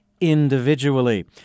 individually